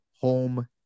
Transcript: home